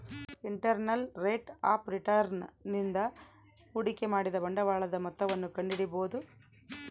internal rate of return ನಿಂದ ಹೂಡಿಕೆ ಮಾಡಿದ ಬಂಡವಾಳದ ಮೊತ್ತವನ್ನು ಕಂಡಿಡಿಬೊದು